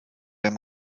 dem